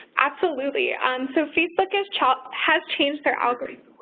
absolutely. and so, facebook has changed has changed their algorithm.